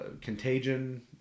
Contagion